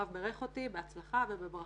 הרב בירך אותי בהצלחה ובברכה.